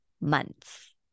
months